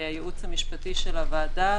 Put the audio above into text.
הייעוץ המשפטי של הוועדה,